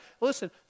Listen